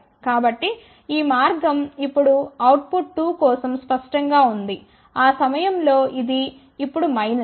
కాబట్టి ఈ మార్గం ఇప్పుడు అవుట్ పుట్ 2 కోసం స్పష్టంగా ఉంది ఆ సమయంలో ఇది ఇప్పుడు మైనస్